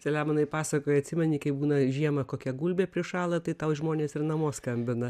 saliamonai pasakojai atsimeni kai būna žiemą kokia gulbė prišąla tai tau žmonės ir namo skambina